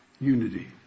unity